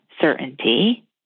certainty